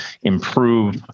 improve